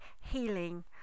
healing